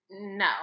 No